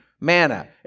Manna